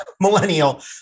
millennial